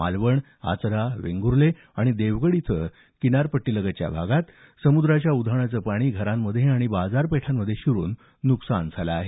मालवण आचरा वेंगूर्ले आणि देवगड इथं किनारपट्टीलगतच्या भागात उधाणाचं पाणी घरांमध्ये आणि बाजारपेठांमध्ये शिरुन नुकसान झालं आहे